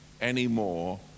anymore